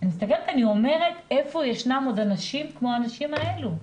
ואני מסתכלת ואומרת איפה ישנם עוד אנשים כמו האנשים האלה.